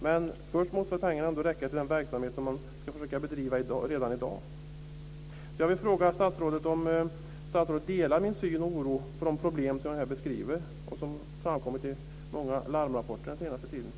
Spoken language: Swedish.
Men först måste väl pengarna ändå räcka till den verksamhet som man ska försöka bedriva redan i dag? Jag vill därför fråga statsrådet om han delar min syn och oro på de problem som jag här beskriver och som framkommit i många larmrapporter under den senaste tiden.